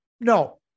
No